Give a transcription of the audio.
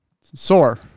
Sore